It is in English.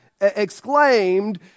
exclaimed